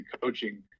coaching